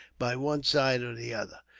by one side or the other.